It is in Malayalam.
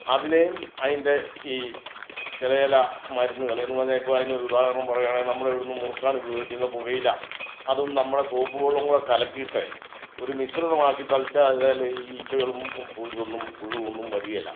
അതിനെയും അതിൻ്റെ ഈ ചില ചില മരുന്നുകൾ എന്ന് പറഞ്ഞാൽ അതിന് ഇപ്പം ഒരു ഉദാഹരണം പറയുകയാണെങ്കിൽ നമ്മളിവിടുന്ന് മുറുക്കാനുപയോഗിക്കുന്ന പുകയില അതും നമ്മുടെ സോപ്പ് വെള്ളോം കൂടി കലക്കിയിട്ട് ഒരു മിശ്രിതമാക്കി തളിച്ചാലതേൽ ഈ ഈച്ചകളും ഇതൊന്നും പുഴുവൊന്നും വരുകയില്ല